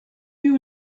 you